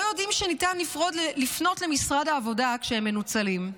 יודעים שניתן לפנות למשרד העבודה כשהם מנוצלים.